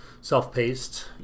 self-paced